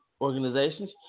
organizations